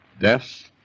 Death